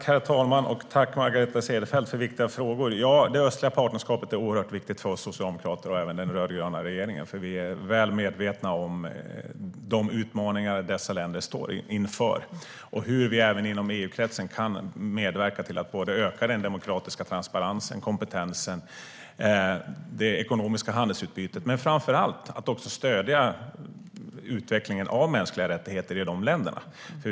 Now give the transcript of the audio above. Herr talman! Tack, Margareta Cederfelt, för viktiga frågor! Ja, det östliga partnerskapet är oerhört viktigt för oss socialdemokrater och även för den rödgröna regeringen. Vi är väl medvetna om de utmaningar som dessa länder står inför. Inom EU-kretsen kan vi medverka till att öka den demokratiska transparensen, kompetensen och det ekonomiska handelsutbytet. Framför allt ska vi också stödja utvecklingen av mänskliga rättigheter i dessa länder.